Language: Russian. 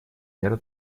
мер